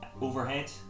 overhead